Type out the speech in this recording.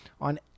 on